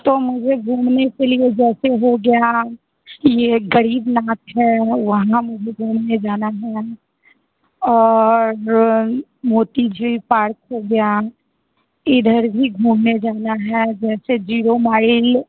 तो मुझे घूमने के लिए जैसे हो गया ये ग़रीबनाथ है वहाँ मुझे घूमने जाना है और मोती झील पार्क हो गया इधर भी घूमने जाना है जैसे जीरो माइल